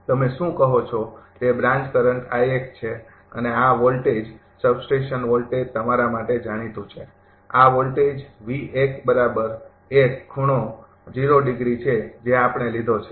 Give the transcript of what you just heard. તમે શું કહો છો તે બ્રાન્ચ કરંટ છે અને આ વોલ્ટેજ સબસ્ટેશન વોલ્ટેજ તમારા માટે જાણીતું છે આ વોલ્ટેજ છે જે આપણે લીધો છે